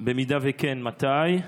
2. אם כן, מתי?